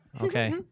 Okay